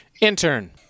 intern